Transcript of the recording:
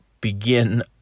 begin